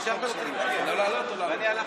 שנייה.